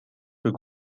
für